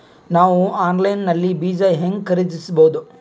ನಾವು ಆನ್ಲೈನ್ ನಲ್ಲಿ ಬೀಜ ಹೆಂಗ ಖರೀದಿಸಬೋದ?